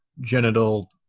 genital